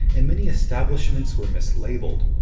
and many establishments were mislabeled.